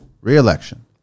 re-election